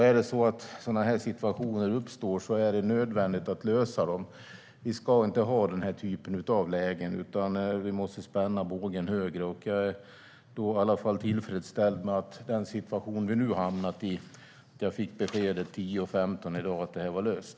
Är det så att sådana här situationer uppstår är det nödvändigt att lösa dem. Vi ska inte ha den här typen av lägen, utan vi måste spänna bågen hårdare. Jag är i alla fall tillfreds med att jag 10.15 i dag fick beskedet att den situation vi hamnat i är löst.